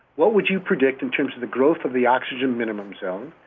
what would you predict in terms of the growth of the oxygen minimum zone?